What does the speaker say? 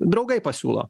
draugai pasiūlo